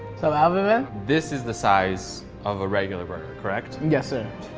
so alvin, man? this is the size of a regular burger, correct? yes, sir.